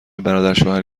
برادرشوهر